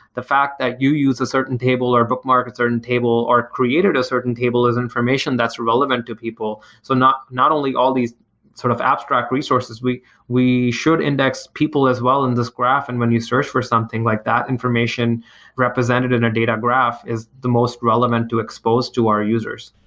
the fact that you use a certain table or bookmark a certain table, or created a certain table is information that's relevant to people. so not not only all these sort of abstract resources, we we should index people as well in this graph. and when you search for something like that information represented in a data graph is the most relevant to expose to our users.